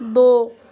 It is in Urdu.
دو